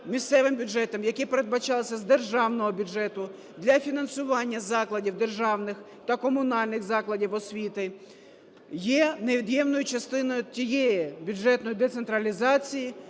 місцевим бюджетам, які передбачалися з державного бюджету для фінансування закладів державних та комунальних закладів освіти, є невід'ємною частиною тієї бюджетної децентралізації,